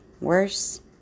worse